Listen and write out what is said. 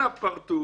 אנא פרטו